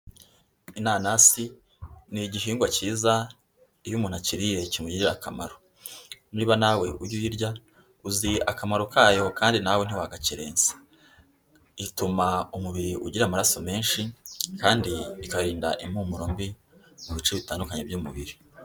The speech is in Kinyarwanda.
Inanasi ni igihingwa cyiza iyo umuntu akiriye kimugirira akamaro. Niba nawe ujya uyirya uzi akamaro kayo kandi nawe ntiwagakerensa. Ituma umubiri ugira amaraso menshi kandi ikarinda impumuro mbi mu bice bitandukanye by'umubiri.